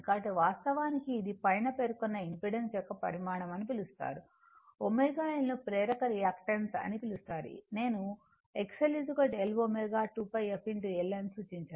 కాబట్టి వాస్తవానికి ఇది పైన పేర్కొన్న ఇంపెడెన్స్ యొక్క పరిమాణం అని పిలుస్తారు ωL ను ప్రేరక రియాక్టన్స్ అని పిలుస్తారు నేను X L L ω 2πf L అని సూచించాను